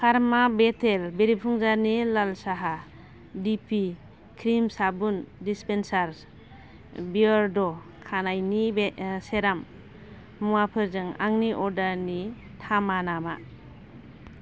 Karma बेतेल बेरेफुंजानि लाल साहा दिपि क्रिम साबुन डिसपेन्सार बियेरड' खानाइनि सेराम मुवाफोरजों आंनि अर्डारनि थामाना मा